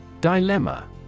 Dilemma